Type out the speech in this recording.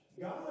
God